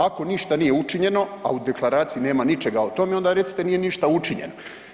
Ako ništa nije učinjeno, a u deklaraciji nema ničega o tome, onda recite nije ništa učinjeno.